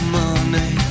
money